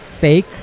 fake